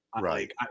Right